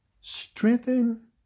Strengthen